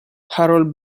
harold